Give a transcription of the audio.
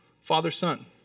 father-son